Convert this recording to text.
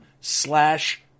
slash